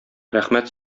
рәхмәт